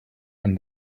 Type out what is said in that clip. and